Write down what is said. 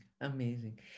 Amazing